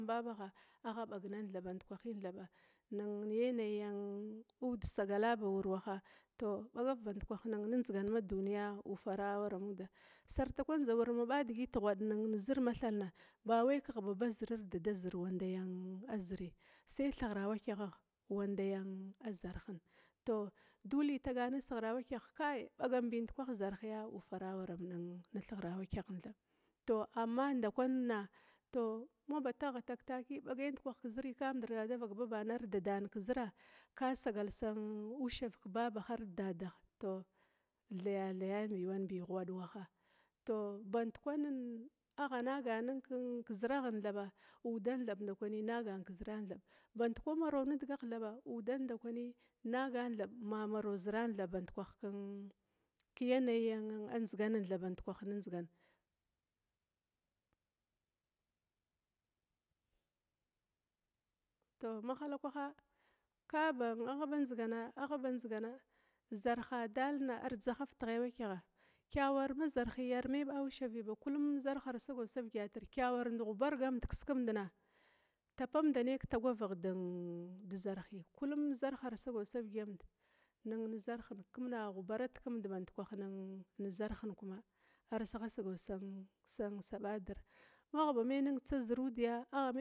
Babagha agha ɓagnan thaba bandikwahina thaba nin na yanayi uda sagala ba wurwaha, tou ɓagav bandkwah ne ndzigan ma duni ufar amad, sarta kalanza war maɓa digit guwad zir ma thalna, ba wai kegh dadazir arde dadazir wa ndaya zirba, sai thighra wakya ghah wa ndaya zarna, tou duli tagana nethighra wakyagha taki kai bagambi ndkwah zarh ya ufara awaram thighra wakyagh thab, tou amma ndakwanina tou maba taggha tag taki ɓagai ndikwah kizziri, kaba mdra dada vak dadana arde baban kizra ka sagal san ushav ke babahar dedadah, tou thaya thayan bi wan bi ghawd waha, tou band kwanin agha naganin keziraghen thaɓa, udan ndakwi nagan thab kezran band kwaha, mar maraw ziran thab bandi kwaha thab ken yaniya ndzigan thab bandkwah nin ndzigan tou mahalakwaha kaba gha ndziguna agha ba ndzigana, zarha dalna ardzahav tuwakyagha, kyawar ma zarhna arme ɓa ushavanna, ba kullum zarh ar sagaw davigatira, kiyawar ndighubargand kiskimdna, tapatdinai ke tagwa vigh dezarivi, adaba arsagaw da vigamda zarhna kima a ghubara ndikwah nimd bandkwah zarhen ar saha sagaw san sa ɓadir, magha ba me nin tsa zirudiga.